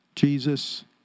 Jesus